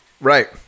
Right